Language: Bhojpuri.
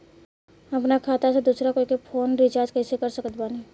हम अपना खाता से दोसरा कोई के फोन रीचार्ज कइसे कर सकत बानी?